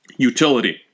utility